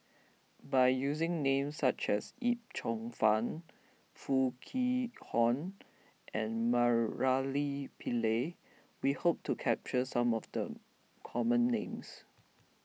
by using names such as Yip Cheong Fun Foo Kwee Horng and Murali Pillai we hope to capture some of the common names